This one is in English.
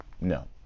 No